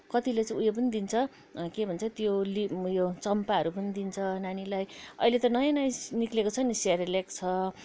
कतिले चाहिँ उयो पनि दिन्छ के भन्छ त्यो चम्पाहरू पनि दिन्छ नानीलाई अहिले त नयाँ नयाँ निक्लिएको छ नि सिरिलेक्स छ